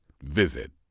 Visit